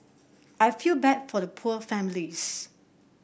I feel bad for the poor families